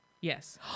yes